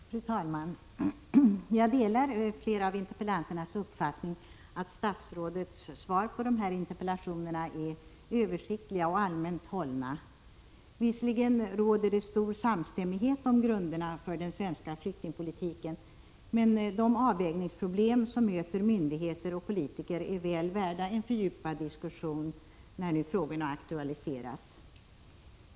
Fru talman! Jag delar den uppfattning som framförts av flera av interpellanterna att statsrådets svar på interpellationerna är översiktligt och allmänt hållet. Visserligen råder det stor samstämmighet om grunderna för den svenska flyktingpolitiken, men de avvägningsproblem som möter myndigheter och politiker är väl värda en fördjupad diskussion när nu frågorna aktualiseras.